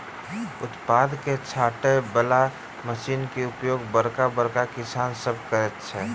उत्पाद के छाँटय बला मशीनक उपयोग बड़का बड़का किसान सभ करैत छथि